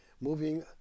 moving